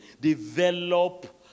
develop